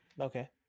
okay